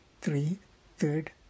three-third